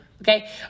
Okay